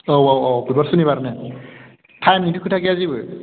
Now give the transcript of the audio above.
औ औ औ बुधबार सुनिबार ने टाइमनिथ' खोथा गैया जेबो